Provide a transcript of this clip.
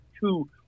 two